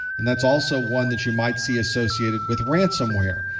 and that's also one that you might see associated with ransomware.